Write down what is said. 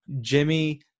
Jimmy